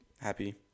Happy